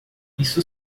isso